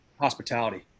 hospitality